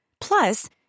Plus